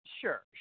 Sure